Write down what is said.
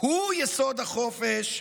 היא יסוד החופש,